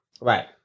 Right